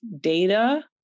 data